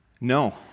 no